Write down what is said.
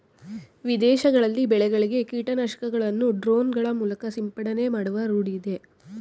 ವಿದೇಶಗಳಲ್ಲಿ ಬೆಳೆಗಳಿಗೆ ಕೀಟನಾಶಕಗಳನ್ನು ಡ್ರೋನ್ ಗಳ ಮೂಲಕ ಸಿಂಪಡಣೆ ಮಾಡುವ ರೂಢಿಯಿದೆ